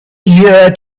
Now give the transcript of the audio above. year